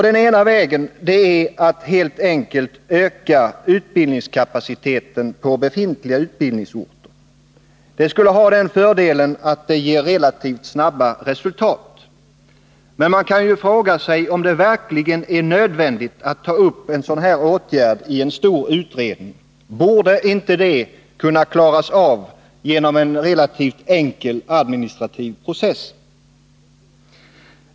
Den ena vägen är helt enkelt att utbildningskapaciteten utökas på befintliga utbildningsorter. Fördelen därmed skulle vara att det relativt snabbt blev resultat. Men man kan fråga sig om det verkligen är nödvändigt att ta upp en sådan åtgärd i en stor utredning. Borde inte den saken kunna klaras av genom en relativt enkel administrativ process?